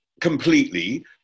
completely